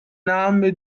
name